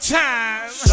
time